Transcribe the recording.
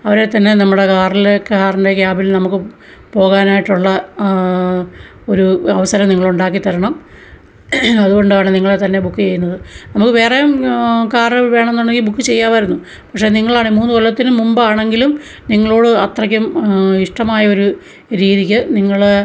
അവരെ തന്നെ നമ്മുടെ കാറിലെ കാറിൻ്റെ കാബിൽ നമുക്ക് പോകാനായിട്ടുള്ള ഒരു അവസരം നിങ്ങളെ ഉണ്ടാക്കി തരണം അതുകൊണ്ടാണ് നിങ്ങളെ തന്നെ ബുക്ക് ചെയ്യുന്നത് നമുക്ക് വെറേയും കാറ് വേണമെന്നുണ്ടെങ്കിൽ ബുക്ക് ചെയ്യാമായിരുന്നു പക്ഷെ നിങ്ങളാണ് മൂന്നു കൊല്ലത്തിനു മുമ്പ് ആണെങ്കിലും നിങ്ങളോട് അത്രയ്ക്കും ഇഷ്ടമായ ഒരു രീതിക്ക് നിങ്ങൾ